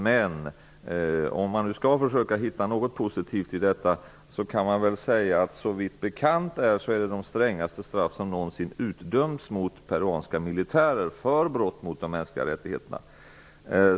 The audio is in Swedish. Men om man försöker se något positivt i detta, kan man säga att såvitt bekant är dessa straff de strängaste som någonsin utdömts mot peruanska militärer för brott mot de mänskliga rättigheterna.